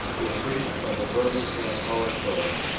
the priests of the birmingham oratory,